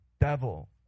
devil